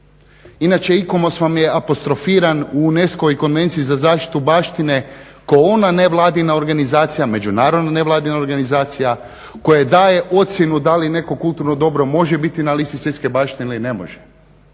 Inače ICOMOS vam je apostrofiran u UNESCO-voj Konvenciji za zaštitu baštine kao ona nevladina organizacija međunarodna nevladina organizacija koja daje ocjenu da li je neko kulturno dobro može biti na listi svjetske baštine ili ne može.